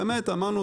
ואמרנו,